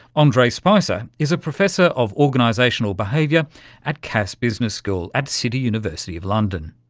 andre spicer is a professor of organisational behaviour at cass business school at city university of london.